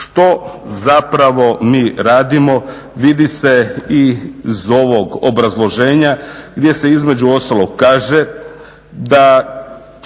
što zapravo mi radimo? Vidi se i iz ovog obrazloženja gdje se između ostalog kaže da se